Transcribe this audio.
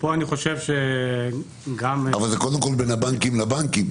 -- זה קודם כל בין הבנקים לבנקים,